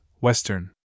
Western